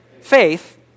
Faith